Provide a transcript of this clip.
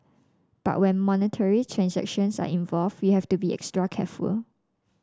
but when monetary transactions are involve you have to be extra careful